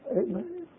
Amen